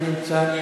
לא נמצא,